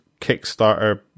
Kickstarter